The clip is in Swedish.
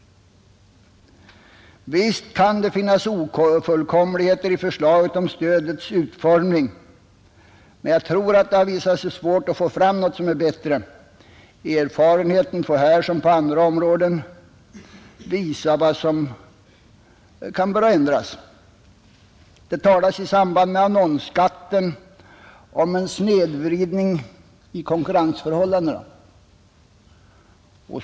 Visst kan det finnas ofullkomligheter i förslaget om stödets utformning, men jag tror att det har visat sig svårt att få fram något annat som är bättre, Erfarenheten får här som på andra områden visa vad som bör ändras. Det talas i samband med annonsskatten om en snedvridning av konkurrensförhållandena.